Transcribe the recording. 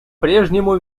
прежнему